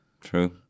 True